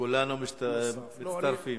כולנו מצטרפים.